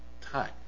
time